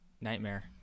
nightmare